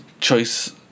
choice